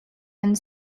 and